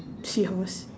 seahorse